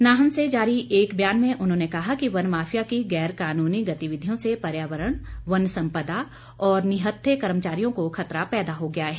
नाहन से जारी एक बयान में उन्होंने कहा कि वन माफिया की गैर कानूनी गतिविधियों से पर्यावरण वन सम्पदा और निहत्थे कर्मचारियों को खतरा पैदा हो गया है